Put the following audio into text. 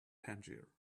tangier